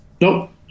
Nope